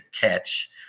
catch